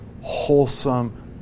wholesome